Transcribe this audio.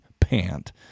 pant